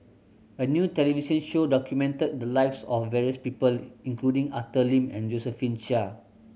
a new television show documented the lives of various people including Arthur Lim and Josephine Chia